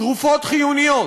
תרופות חיוניות,